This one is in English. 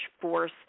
force